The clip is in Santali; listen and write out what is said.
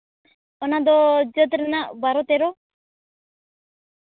ᱚᱱᱟ ᱫᱚ ᱪᱟᱹᱛ ᱨᱮᱱᱟᱜ ᱵᱟᱨᱚ ᱛᱮᱨᱚ